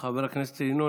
חבר הכנסת ינון